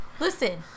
Listen